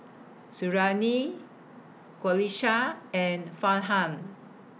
Suriani Qalisha and Farhan